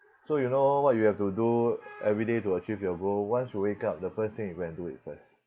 so you know what you have to do every day to achieve your goal once you wake up the first thing you go and do it first